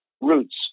roots